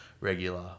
regular